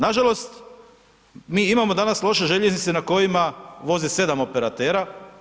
Nažalost, mi imamo danas loše željeznice na kojima voze 7 operatera.